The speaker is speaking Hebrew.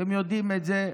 אתם יודעים את זה,